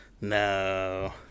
no